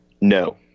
No